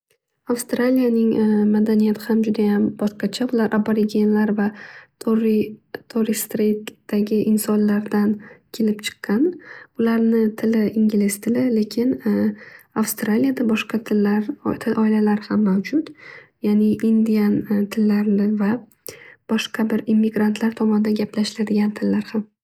Avstraliyaning madaniyati ham judayam boshqacha. Ular aborigenlarva torri streetdagi insonlardan kelib chiqqan. Ularni tili ingliz tili lekin avstraliyada boshqa tillar til oilalari ham mavjud. Yani indian va boshqa bir immigrantlar tomonidan gaplashiladigan tillar ham.